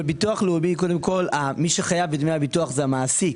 בביטוח לאומי מי שחייב בדמי הביטוח זה המעסיק,